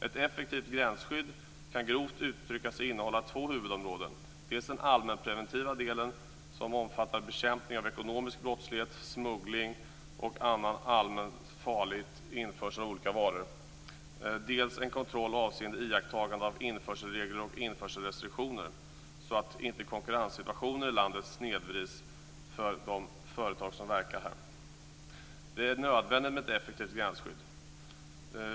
Ett effektivt gränsskydd kan grovt uttryckt sägas innehålla två huvudområden: dels den allmänpreventiva delen, som omfattar bekämpning av ekonomisk brottslighet, smuggling och annan samhällsfarlig införsel av olika varor, dels en kontroll avseende iakttagande av införselregler och införselrestriktioner, så att konkurrenssituationen i landet inte snedvrids för de företag som verkar här. Det är nödvändigt med ett effektivt gränsskydd.